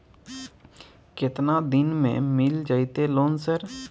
केतना दिन में मिल जयते लोन सर?